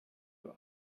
uhr